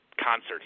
concerts